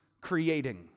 creating